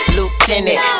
Lieutenant